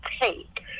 take